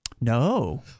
no